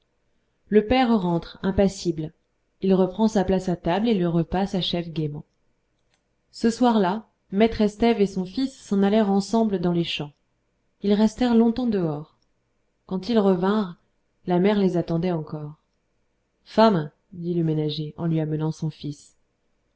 le père rentre impassible il reprend sa place à table et le repas s'achève gaiement ce soir-là maître estève et son fils s'en allèrent ensemble dans les champs ils restèrent longtemps dehors quand ils revinrent la mère les attendait encore femme dit le ménager en lui amenant son fils